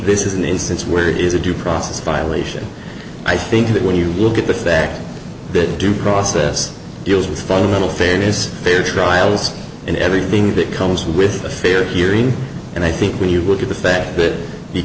this is an instance where there is a due process violation i think that when you look at the fact that due process deals with fundamental fairness fair trials and everything that comes with a fair hearing and i think when you look at the fact that the